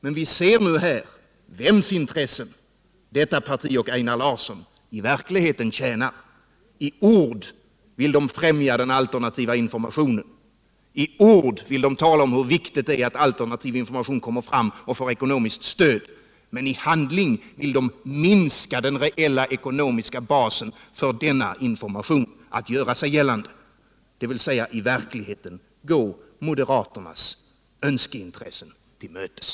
Men viser nu vems intressen detta parti och Einar Larsson i verkligheten tjänar. I ord vill de främja den alternativa informationen — de talar om hur viktigt det är att alternativ information får ekonomiskt stöd och får komma fram — men i handling vill de minska den reella ekonomiska basen för denna information. I verkligheten går de alltså moderaternas intressen till mötes.